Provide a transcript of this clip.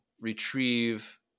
retrieve